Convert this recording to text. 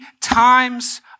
times